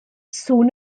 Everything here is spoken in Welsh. sŵn